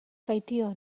baitio